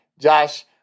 Josh